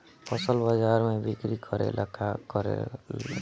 फसल बाजार मे बिक्री करेला का करेके परी?